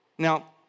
Now